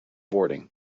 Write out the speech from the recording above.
boarding